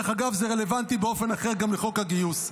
דרך אגב, זה רלוונטי באופן אחר גם לחוק הגיוס.